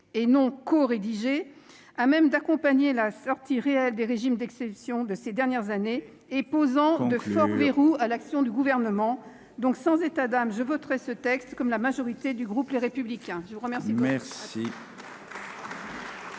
et non corédigé, à même d'accompagner la sortie réelle des régimes d'exception de ces dernières années en posant de forts verrous à l'action du Gouvernement. Il faut conclure. C'est donc sans état d'âme que je voterai ce texte, comme la majorité du groupe Les Républicains.